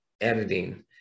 editing